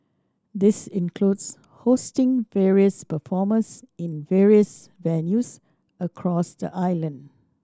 this includes hosting various performers in various venues across the island